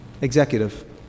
executive